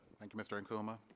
thank you mr. ankuma.